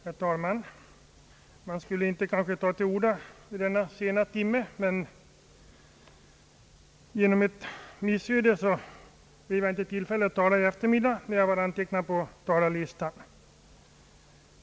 Herr talman! Man kanske inte borde ta till orda vid denna sena timme, men på grund av ett missöde blev jag inte i tillfälle att tala i eftermiddags, när jag var antecknad på talarlistan.